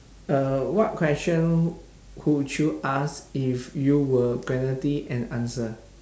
uh what question could you ask if you were guaranteed an answer